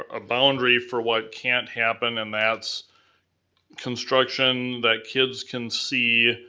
ah a boundary for what can't happen and that's construction that kids can see,